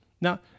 Now